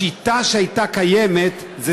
השיטה שהייתה קיימת היא